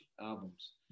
albums